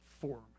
form